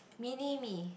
mini me